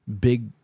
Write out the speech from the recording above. big